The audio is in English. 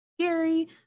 scary